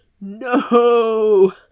No